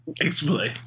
Explain